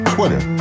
Twitter